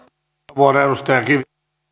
arvoisa puhemies